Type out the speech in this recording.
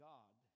God